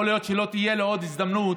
יכול להיות שלא תהיה לי עוד הזדמנות